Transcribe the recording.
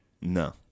No